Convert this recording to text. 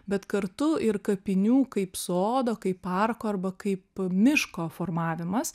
bet kartu ir kapinių kaip sodo kaip parko arba kaip miško formavimas